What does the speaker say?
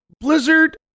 Blizzard